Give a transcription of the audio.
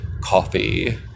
coffee